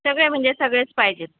सगळे म्हणजे सगळेच पाहिजे आहेत